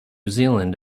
zealand